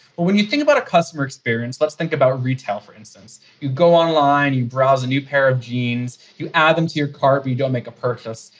when you think about a customer experience, let's think about retail for instance, you go online, you browse a new pair of jeans, you add them to your cart, but you don't make a purchase.